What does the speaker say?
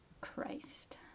Christ